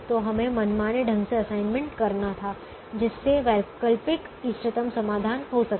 तो हमें मनमाने ढंग से असाइनमेंट करना था जिससे वैकल्पिक इष्टतम समाधान हो सके